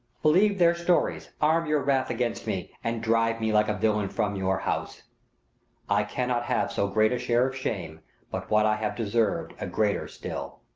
believe their stories, arm your wrath against me, and drive me like a villain from your house i cannot have so great a share of shame but what i have deserved a greater still.